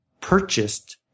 purchased